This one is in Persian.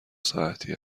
ساعتی